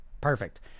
perfect